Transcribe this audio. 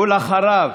ואחריו,